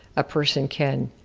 a person can,